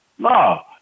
No